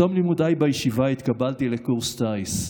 בתום לימודיי בישיבה התקבלתי לקורס טיס,